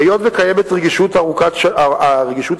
היות שקיימת רגישות ארוכת שנים,